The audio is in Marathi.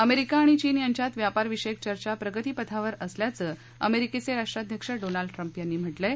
अमेरिका आणि चीन यांच्यात व्यापारविषयक चर्चा प्रगतीपथावर असल्याचं अमेरिकेचे राष्ट्राध्यक्ष डोनाल्ड ट्रम्प यांनी म्हटलं आहे